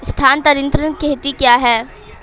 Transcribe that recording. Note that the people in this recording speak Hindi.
स्थानांतरित खेती क्या है?